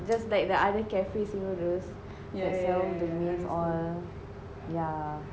just like the other cafes semua those that sell the mains all yeah